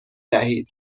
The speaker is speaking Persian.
دهید